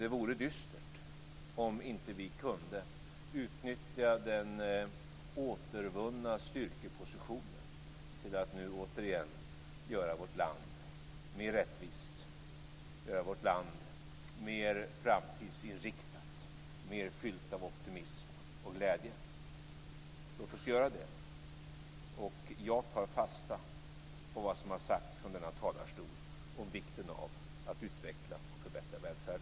Det vore dystert om vi inte kunde utnyttja den återvunna styrkepositionen till att nu återigen göra vårt land mer rättvist, mer framtidsinriktat och mer fyllt av optimism och glädje. Låt oss göra det. Jag tar fasta på vad som har sagts från denna talarstol om vikten av att utveckla och förbättra välfärden.